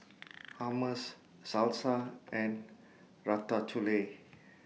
Hummus Salsa and Ratatouille